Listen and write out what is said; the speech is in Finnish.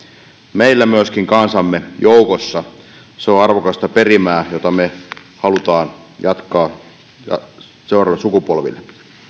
meillä myöskin kansamme joukossa se on arvokasta perimää jota me haluamme jatkaa seuraaville sukupolville